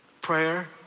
prayer